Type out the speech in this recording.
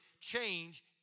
change